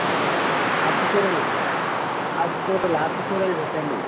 ఆకుకూరలు ఆకుకూరలు ఆకుకూరలు పెట్టండి